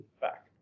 back